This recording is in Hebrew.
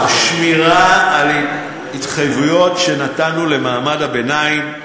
תוך שמירה על ההתחייבויות שנתנו למעמד הביניים,